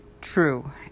true